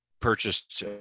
purchased